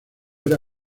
era